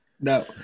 No